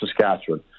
Saskatchewan